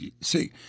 See